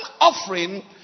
offering